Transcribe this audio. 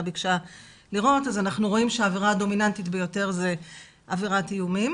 ביקשה לראות אז אנחנו רואים שהעבירה הדומיננטית ביותר זו עבירת איומים.